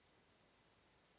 Hvala.